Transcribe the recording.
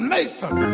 Nathan